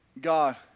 God